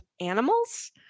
animals